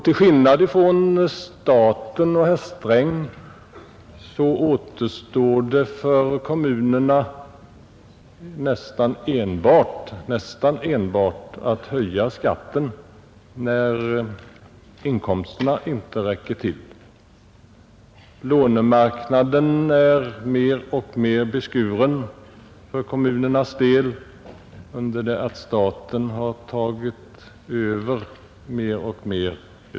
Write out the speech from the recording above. Till skillnad från staten och herr Sträng har kommunerna nästan enbart att lita till möjligheten att höja skatten när inkomsterna inte räcker till. Lånemarknaden blir alltmer beskuren för kommunerna under det att staten utnyttjar den alltmer.